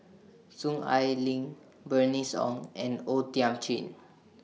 Soon Ai Ling Bernice Ong and O Thiam Chin